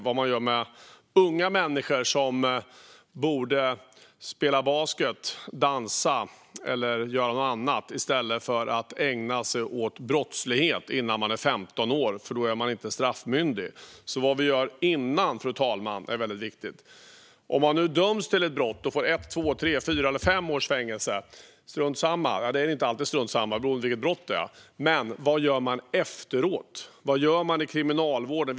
Vad gör man med unga människor som borde spela basket, dansa eller göra något annat i stället för att ägna sig åt brottslighet innan de fyllt 15 år, det vill säga innan de är straffmyndiga? Vad vi gör innan dess, fru talman, är väldigt viktigt. Frågan är vad den gör efteråt som först dömts för ett brott och får ett, två, tre, fyra eller fem års fängelse - strunt samma. Eller nej, det är kanske inte strunt samma, utan det beror på vilket brott det handlar om. Vad gör man inom kriminalvården?